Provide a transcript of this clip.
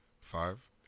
five